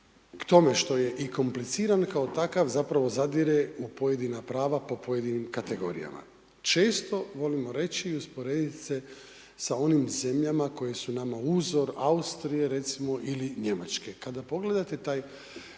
što je i kompliciran kao takav zapravo zadire u pojedina prava po pojedinim kategorijama. Često volimo reći i usporediti se sa onim zemljama koje su nama uzor, Austrije recimo ili Njemačke. Kada pogledate taj